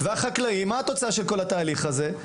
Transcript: מה התוצאה של כל התהליך הזה?